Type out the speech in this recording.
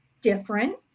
different